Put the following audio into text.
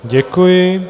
Děkuji.